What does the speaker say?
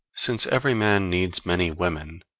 since every man needs many women,